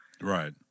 Right